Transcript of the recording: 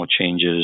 changes